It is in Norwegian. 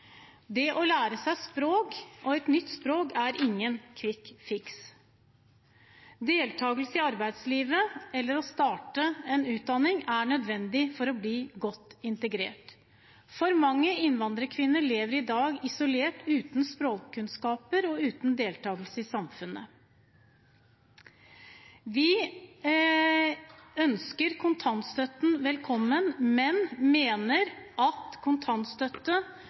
Det å lære seg et nytt språk er ingen kvikkfiks. Deltakelse i arbeidslivet eller å starte på en utdanning er nødvendig for å bli godt integrert. For mange innvandrerkvinner lever i dag isolert uten språkkunnskaper og uten å delta i samfunnet. Vi ønsker kontantstøtten velkommen, men mener at kontantstøtte